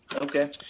Okay